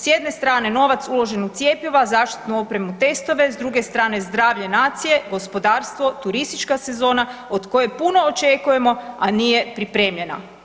S jedne strane novac uložen u cjepiva, zaštitnu opremu i testove, s druge strane zdravlje nacije, gospodarstvo, turistička sezona od koje puno očekujemo, a nije pripremljena.